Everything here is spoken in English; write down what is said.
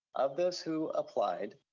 of those who applied,